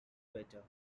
better